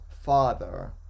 father